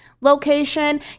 location